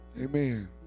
Amen